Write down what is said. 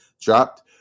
dropped